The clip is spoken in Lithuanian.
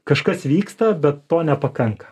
kažkas vyksta bet to nepakanka